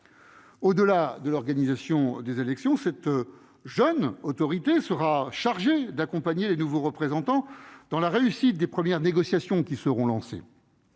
Au-delà de l'organisation des élections, cette jeune autorité sera chargée d'accompagner les nouveaux représentants pour la réussite des premières négociations qui seront lancées.